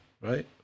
right